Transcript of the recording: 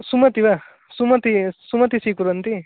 सुमती वा सुमती सुमती स्वीकुर्वन्ति